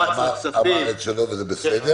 אמר את שלו, וזה בסדר.